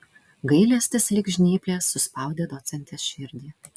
gailestis lyg žnyplės suspaudė docentės širdį